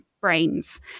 brains